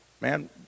man